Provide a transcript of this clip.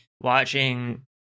watching